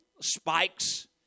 spikes